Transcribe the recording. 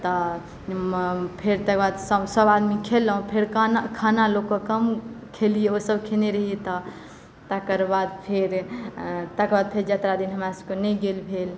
तऽ फेर तकर बाद सभआदमी खेलहुँ फेर खाना लऽ कऽ कम खेलियै ओ सभ खेने रहियै तऽ तकर बाद फेर तकर बाद फेर यात्रा दिन हमरा सभके नहि गेल भेल